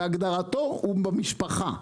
בהגדרתו הוא במשפחה.